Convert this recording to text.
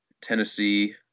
Tennessee